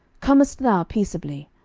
comest thou peaceably?